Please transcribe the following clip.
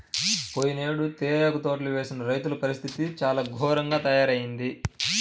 పోయినేడు తేయాకు తోటలు వేసిన రైతుల పరిస్థితి చాలా ఘోరంగా తయ్యారయింది